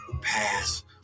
pass